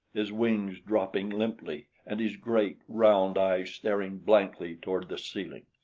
his wings drooping limply and his great, round eyes staring blankly toward the ceiling.